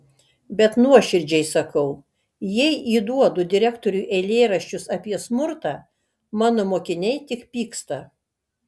bet nuoširdžiai sakau jei įduodu direktoriui eilėraščius apie smurtą mano mokiniai tik pyksta